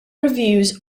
reviews